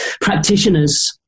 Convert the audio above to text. practitioners